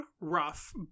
rough